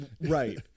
Right